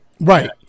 right